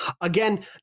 Again